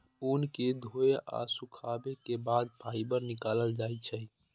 ऊन कें धोय आ सुखाबै के बाद फाइबर निकालल जाइ छै